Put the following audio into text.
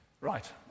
right